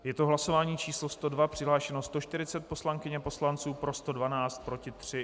Je to hlasování číslo 102, přihlášeno 140 poslankyň a poslanců, pro 112, proti 3.